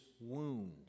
wounds